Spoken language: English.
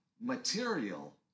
material